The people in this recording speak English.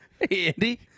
Andy